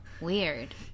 Weird